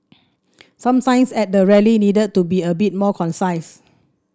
some signs at the rally needed to be a bit more concise